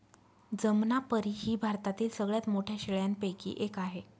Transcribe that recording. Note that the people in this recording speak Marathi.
जमनापरी ही भारतातील सगळ्यात मोठ्या शेळ्यांपैकी एक आहे